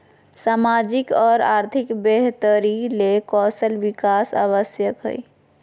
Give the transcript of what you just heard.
सामाजिक और आर्थिक बेहतरी ले कौशल विकास आवश्यक हइ